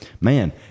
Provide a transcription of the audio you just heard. man